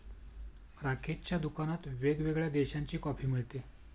राकेशच्या दुकानात वेगवेगळ्या देशांची कॉफी मिळते